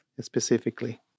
specifically